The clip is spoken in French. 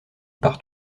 par